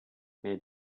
made